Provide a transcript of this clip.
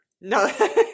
No